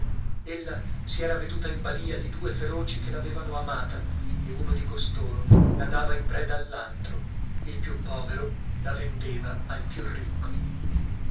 ella si era veduta in balla di due feroci che l'avevano amata e uno di costoro la dava in preda all'altro il più povero la vendeva al più ricco